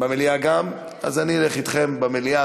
אתה מציע במליאה אז אני אלך אתכם במליאה.